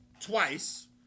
twice